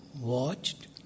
watched